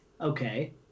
Okay